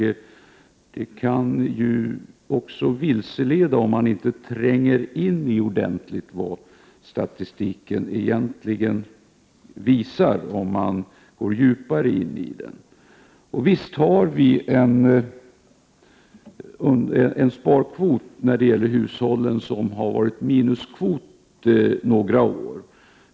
Tränger man inte riktigt in i vad statistiken egentligen visar kan man vilseledas. Visst har vi sedan några år tillbaka en minuskvot när det gäller hushållssparandet.